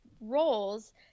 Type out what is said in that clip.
roles